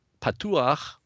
patuach